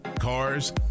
Cars